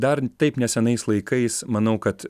dar taip nesenais laikais manau kad